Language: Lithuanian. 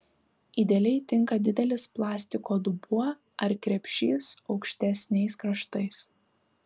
idealiai tinka didelis plastiko dubuo ar krepšys aukštesniais kraštais